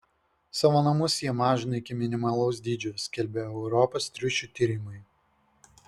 savo namus jie mažina iki minimalaus dydžio skelbia europos triušių tyrimai